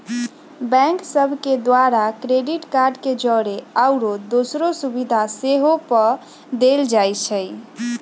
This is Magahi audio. बैंक सभ के द्वारा क्रेडिट कार्ड के जौरे आउरो दोसरो सुभिधा सेहो पदेल जाइ छइ